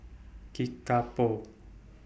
Kickapoo